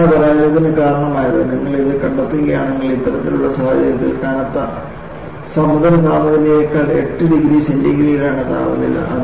എന്താണ് പരാജയത്തിന് കാരണമായത് നിങ്ങൾ ഇത് കണ്ടെത്തുകയാണെങ്കിൽ ഇത്തരത്തിലുള്ള സാഹചര്യത്തിൽ കനത്ത സമുദ്ര താപനിലയേക്കാൾ 8 ഡിഗ്രി സെന്റിഗ്രേഡാണ് താപനില